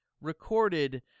recorded